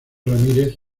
ramírez